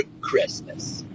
Christmas